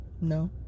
No